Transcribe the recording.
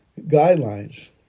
guidelines